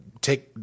take